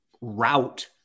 route